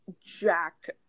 jack